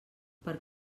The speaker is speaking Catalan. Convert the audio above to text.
per